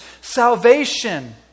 Salvation